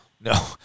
No